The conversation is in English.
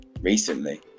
recently